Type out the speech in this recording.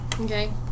Okay